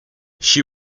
she